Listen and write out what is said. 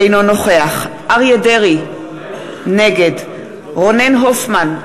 אינו נוכח אריה דרעי, נגד רונן הופמן,